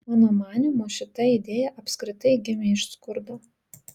mano manymu šita idėja apskritai gimė iš skurdo